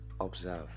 observe